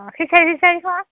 অঁ খিচাৰি চিচাৰি খাৱা